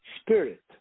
spirit